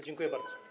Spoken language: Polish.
Dziękuję bardzo.